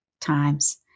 times